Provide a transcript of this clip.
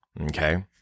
Okay